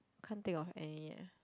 can't think of any leh